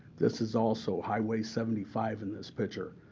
this is also highway seventy five in this picture.